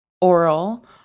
oral